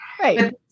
Right